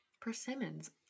Persimmons